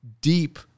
deep